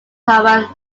saharan